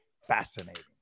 fascinating